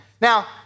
Now